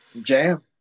Jam